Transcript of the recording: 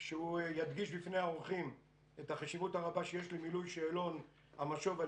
שהוא ידגיש בפני האורחים את החשיבות הרבה שיש למילוי שאלון המשוב על